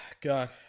God